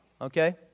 okay